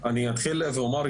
אני אתחיל ואומר,